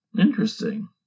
Interesting